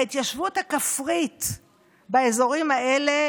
בהתיישבות הכפרית באזורים האלה